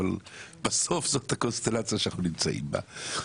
אבל בסוף זאת את הקונסטלציה שאנחנו נמצאים בה.